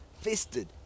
fisted